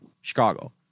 Chicago